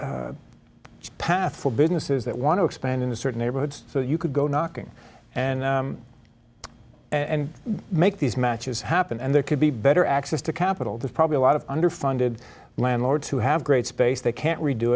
path for businesses that want to expand into certain neighborhoods so you could go knocking and and make these matches happen and there could be better access to capital that probably a lot of underfunded landlords who have great space they can't redo